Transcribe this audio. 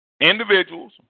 Individuals